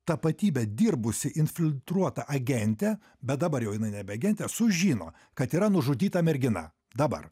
tapatybę dirbusi infiltruota agente bet dabar jau jinai nebe agentė sužino kad yra nužudyta mergina dabar